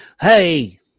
Hey